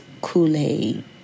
Kool-Aid